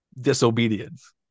disobedience